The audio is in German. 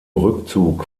rückzug